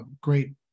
great